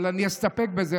אבל אני אסתפק בזה.